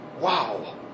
Wow